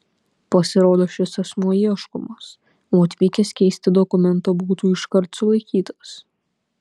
pasirodo šis asmuo ieškomas o atvykęs keisti dokumento būtų iškart sulaikytas